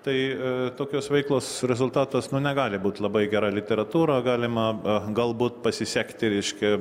tai tokios veiklos rezultatas nu negali būt labai gera literatūra galima galbūt pasisekti reiškia